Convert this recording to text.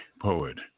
poet